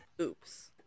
Oops